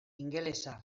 ingelesa